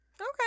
Okay